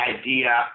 idea